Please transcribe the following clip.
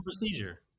procedure